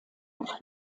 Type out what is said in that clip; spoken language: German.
nach